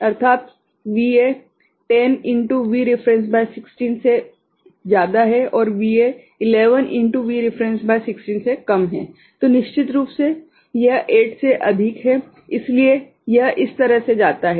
तो निश्चित रूप से यह 8 से अधिक है इसलिए यह इस तरह से जाता है